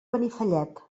benifallet